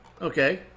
Okay